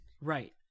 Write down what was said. Right